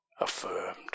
affirmed